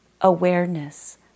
awareness